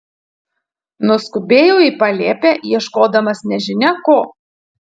nuskubėjau į palėpę ieškodamas nežinia ko